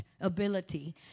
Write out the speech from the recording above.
ability